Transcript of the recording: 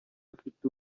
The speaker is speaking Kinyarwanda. afite